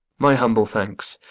my humble thanks.